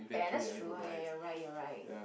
ya that's true ya you're right you're right